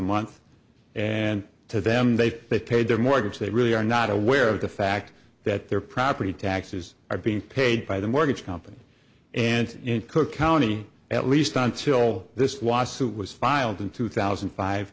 month and to them they say they paid their mortgage they really are not aware of the fact that their property taxes are being paid by the mortgage company and in cook county at least until this lawsuit was filed in two thousand